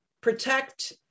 protect